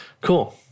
Cool